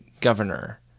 governor